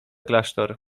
klasztor